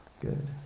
Good